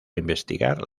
investigar